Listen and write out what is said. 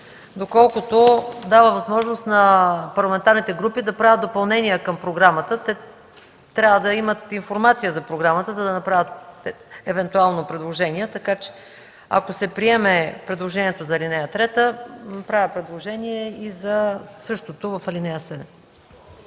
доколкото дава възможност на парламентарните групи да правят допълнения към програмата. Те трябва да имат информация за програмата, за да направят евентуално предложения. Така, че ако се приеме предложението за ал. 3, правя предложение за същото и в ал. 7.